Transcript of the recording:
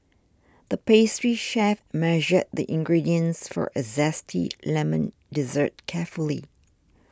the pastry chef measured the ingredients for a Zesty Lemon Dessert carefully